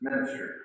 ministry